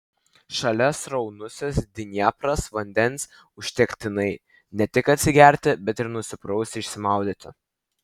šalia sraunusis dniepras vandens užtektinai ne tik atsigerti bet ir nusiprausti išsimaudyti